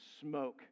smoke